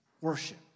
worship